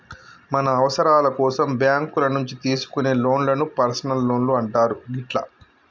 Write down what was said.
మన అవసరాల కోసం బ్యేంకుల నుంచి తీసుకునే లోన్లను పర్సనల్ లోన్లు అంటారు గిట్లా